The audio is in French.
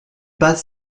pas